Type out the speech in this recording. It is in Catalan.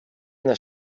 una